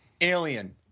Alien